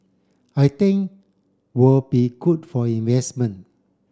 I think will be good for investment